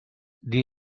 the